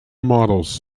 models